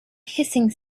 hissing